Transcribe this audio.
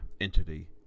entity